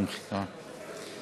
נמחקה,